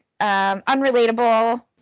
unrelatable